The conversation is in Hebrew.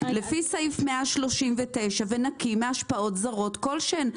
לפי סעיף 139 ונקי מהשפעות זרות כלשהן.